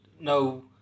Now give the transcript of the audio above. no